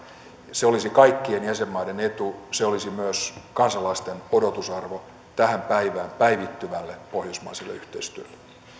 se olisi kaikkien jäsenmaiden etu se olisi myös kansalaisten odotusarvo tähän päivään päivittyvälle pohjoismaiselle yhteistyölle